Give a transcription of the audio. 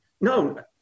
no